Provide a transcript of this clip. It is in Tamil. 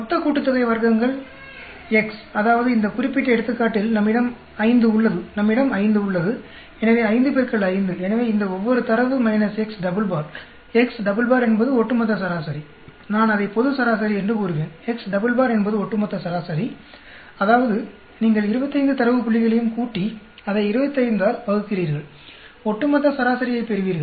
மொத்த கூட்டுத்தொகை வர்க்கங்கள் X அதாவது இந்த குறிப்பிட்ட எடுத்துக்காட்டில் நம்மிடம் 5 உள்ளது நம்மிடம் 5 உள்ளது எனவே 5 x 5 எனவே இந்த ஒவ்வொரு தரவு - என்பது ஒட்டுமொத்த சராசரி நான் அதை பொது சராசரி என்று கூறுவேன் என்பது ஒட்டுமொத்த சராசரி அதாவது நீங்கள் 25 தரவு புள்ளிகளையும் கூட்டி அதை 25 ஆல் வகுக்கிறீர்கள் ஒட்டுமொத்த சராசரியைப் பெறுவீர்கள்